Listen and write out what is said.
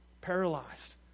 paralyzed